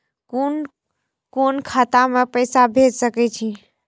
कुन कोण खाता में पैसा भेज सके छी?